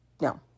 No